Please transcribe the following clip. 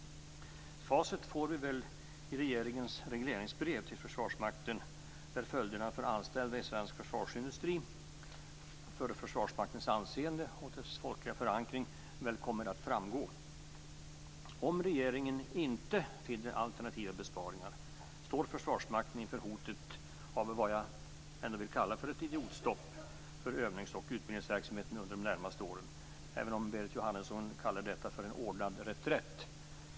Facit får vi väl i regeringens regleringsbrev till Försvarsmakten, där följderna för anställda i svensk försvarsindustri, för Försvarsmaktens anseende och dess folkliga förankring kommer att framgå. Om regeringen inte finner alternativa besparingar står Försvarsmakten inför hotet av vad jag ändå vill kalla för ett idiotstopp för övnings och utbildningsverksamheterna under de närmaste åren, även om Berit Jóhannesson kallar detta för en ordnad reträtt.